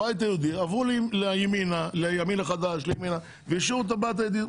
עברו לימין החדש, לימינה, והשאירו את הבית היהודי.